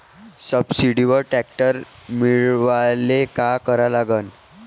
सबसिडीवर ट्रॅक्टर मिळवायले का करा लागन?